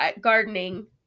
gardening